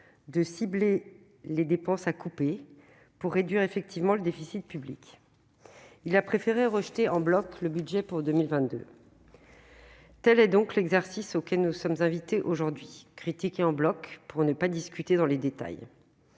de cibler les dépenses à couper pour réduire effectivement le déficit public. Il a préféré rejeter en bloc le budget pour 2022. Tel est donc l'exercice auquel nous sommes invités aujourd'hui : critiquer en bloc, pour ne pas discuter dans les détails.